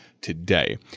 today